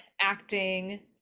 acting